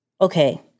okay